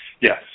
Yes